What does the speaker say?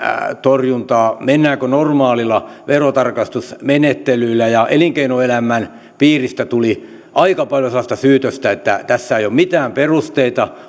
torjuntaan mennäänkö normaalilla verotarkastusmenettelyllä ja elinkeinoelämän piiristä tuli aika paljon sellaista syytöstä että ei ole mitään perusteita